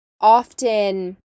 often